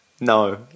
No